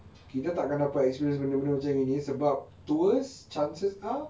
kita tak akan dapat experience benda-benda macam ini sebab tours chances are